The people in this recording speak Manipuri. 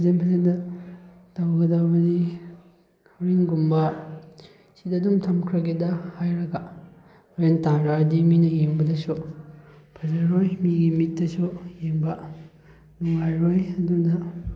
ꯐꯖꯟ ꯐꯖꯟꯅ ꯇꯧꯒꯗꯕꯅꯤ ꯍꯣꯔꯦꯟꯒꯨꯝꯕ ꯁꯤꯗꯗꯨꯝ ꯊꯝꯈ꯭ꯔꯒꯦꯗꯥ ꯍꯥꯏꯔꯒ ꯍꯣꯔꯦꯟ ꯇꯥꯔꯛꯑꯗꯤ ꯃꯤꯅ ꯌꯦꯡꯕꯗꯁꯨ ꯐꯖꯔꯣꯏ ꯃꯤꯒꯤ ꯃꯤꯠꯇꯁꯨ ꯌꯦꯡꯕ ꯅꯨꯡꯉꯥꯏꯔꯣꯏ ꯑꯗꯨꯅ